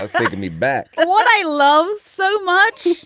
ah so give me back. but what i love so much.